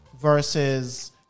versus